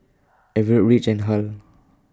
Everette Rich and Hal